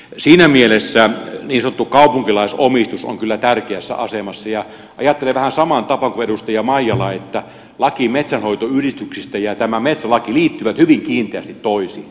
siinä mielessä niin sanottu kaupunkilaisomistus on kyllä tärkeässä asemassa ja ajattelen vähän samaan tapaan kuin edustaja maijala että laki metsänhoitoyhdistyksistä ja tämä metsälaki liittyvät hyvin kiinteästi toisiinsa